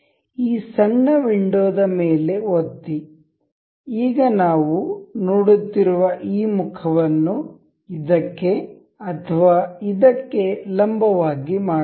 ಈ ಸಣ್ಣ ವಿಂಡೋದ ಮೇಲೆ ಮತ್ತೆ ಒತ್ತಿ ಈಗ ನಾವು ನೋಡುತ್ತಿರುವ ಈ ಮುಖವನ್ನು ಇದಕ್ಕೆ ಅಥವಾ ಇದಕ್ಕೆ ಲಂಬವಾಗಿ ಮಾಡೋಣ